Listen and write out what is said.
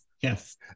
Yes